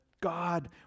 God